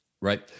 Right